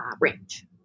range